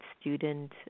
student